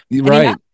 Right